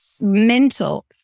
mental